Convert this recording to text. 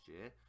year